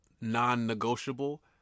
non-negotiable